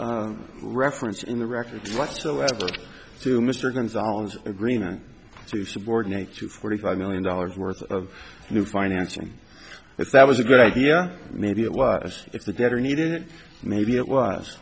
reference in the record whatsoever to mr gonzales agreement to subordinate to forty five million dollars worth of new financing if that was a good idea maybe it was if the debtor needed it maybe it was